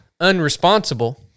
unresponsible